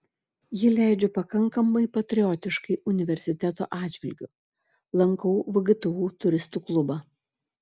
jį leidžiu pakankamai patriotiškai universiteto atžvilgiu lankau vgtu turistų klubą